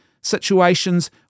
situations